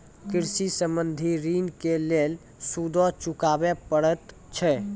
कृषि संबंधी ॠण के लेल सूदो चुकावे पड़त छै?